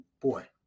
boy